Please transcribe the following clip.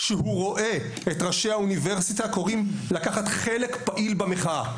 כשהוא רואה את ראשי האוניברסיטה קוראים לקחת חלק פעיל במחאה?